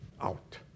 out